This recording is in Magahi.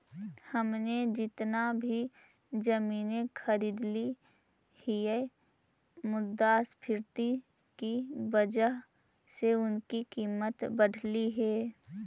हमने जितना भी जमीनें खरीदली हियै मुद्रास्फीति की वजह से उनकी कीमत बढ़लई हे